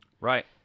Right